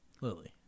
Lily